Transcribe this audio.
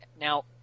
Now